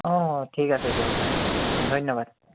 অঁ ঠিক আছে দিয়ক ছাৰ ধন্যবাদ